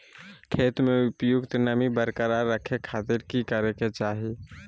खेत में उपयुक्त नमी बरकरार रखे खातिर की करे के चाही?